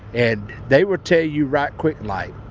and they would tell you right quick, like